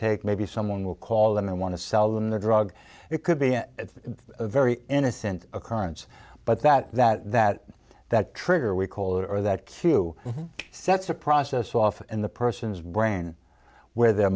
take maybe someone will call them and want to sell them the drug it could be a very innocent occurrence but that that that that trigger we call it or that cue sets a process off in the person's brain where they're